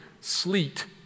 sleet